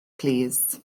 plîs